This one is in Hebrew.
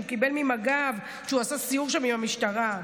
קיבל ממג"ב כשהוא עשה סיור שם עם המשטרה.